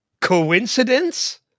coincidence